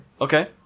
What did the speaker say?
Okay